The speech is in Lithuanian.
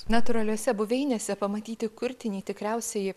natūraliose buveinėse pamatyti kurtinį tikriausiai